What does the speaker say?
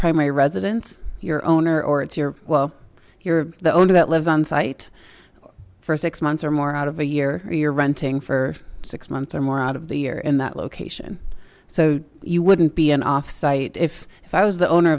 primary residence your owner or it's your well you're the owner that lives on site for six months or more out of a year or you're renting for six months or more out of the year in that location so you wouldn't be an off site if if i was the owner